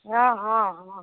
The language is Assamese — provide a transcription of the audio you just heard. অ অ